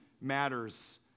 matters